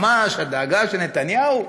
ממש הדאגה של נתניהו.